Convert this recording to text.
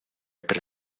per